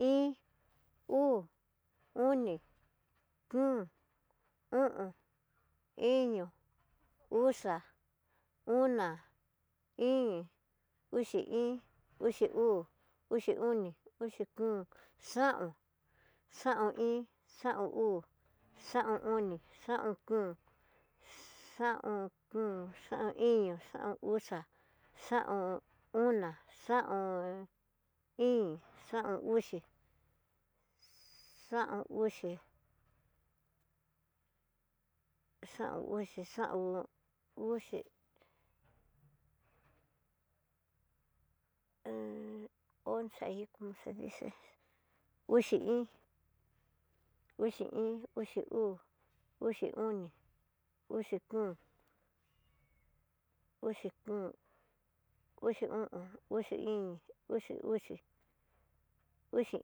Iin, uu, oni, kom, o'on, iño, uxa, ona, íín, uxi iin, uxi uu, uxi oni, uxi kom, xaon, xaon iin, xaun uu, xaun oni, xaon kom, xaon kom, xaun iño, xaun uxa, xaun ona, xaon íín, xaun uxi, xaun uxi, xaun nuxi hée once ahi como se dice, uxi iin, uxi uu, uxi oni, oxi kom, oxi kom, uxi o'on, uxi íín, uxi uxi, uxi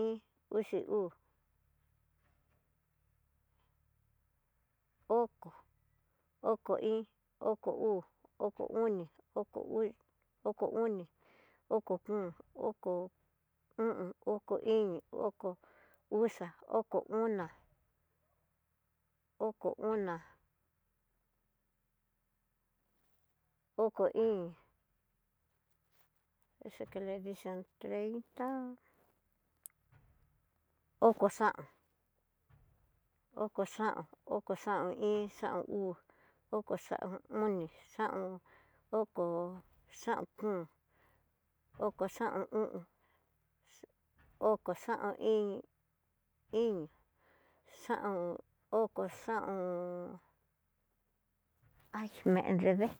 iin, uxii uu, oko, oko iin, oko uu, oko oni, oko kom, oko o'on, oko iño, oko uxa, oko ona, oko íín asi le dicen treinta, oko xaon, oko xaun iin, xaun uu, oko xaon oni, oko xaun, oko xaun kom, oko xaon o'on, oko xaon iin iño, xaon oko xaon hay me enrrede.